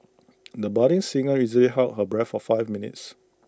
the budding singer easily held her breath for five minutes